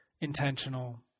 intentional